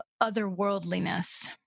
otherworldliness